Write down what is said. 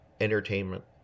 entertainment